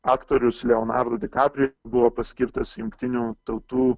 aktorius leonardo dikaprijo buvo paskirtas jungtinių tautų